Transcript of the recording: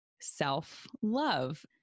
self-love